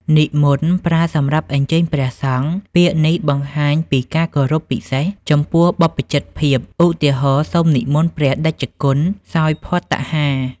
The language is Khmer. និមន្ត ប្រើសម្រាប់អញ្ជើញព្រះសង្ឃ ពាក្យនេះបង្ហាញពីការគោរពពិសេសចំពោះបព្វជិតភាព ឧទាហរណ៍ សូមនិមន្តព្រះតេជគុណសោយភត្តាហារ។